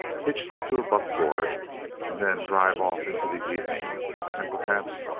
hitched to a buckboard and then drive off into the evening and perhaps,